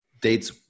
dates